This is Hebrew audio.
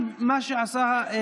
אין תשובה.